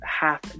half